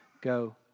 go